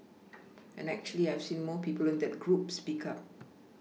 and actually I've seen more people in that group speak up